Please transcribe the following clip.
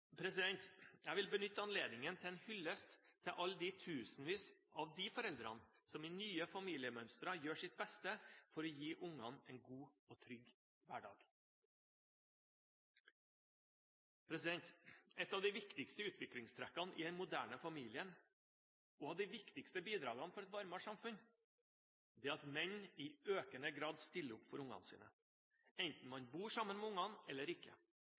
Jeg vil benytte anledningen til å gi en hyllest til alle de tusenvis av foreldre som i nye familiemønstre gjør sitt beste for å gi ungene en god og trygg hverdag. Ett av de viktigste utviklingstrekkene i den moderne familien og ett av de viktigste bidragene til et varmere samfunn er at menn i økende grad stiller opp for ungene sine, enten de bor sammen med ungene eller ikke.